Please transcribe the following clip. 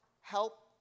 help